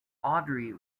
audrey